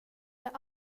det